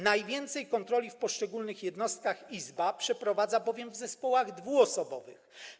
Najwięcej kontroli w poszczególnych jednostkach Izba przeprowadza bowiem w zespołach dwuosobowych.